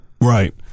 Right